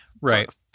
Right